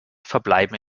verbleiben